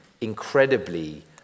incredibly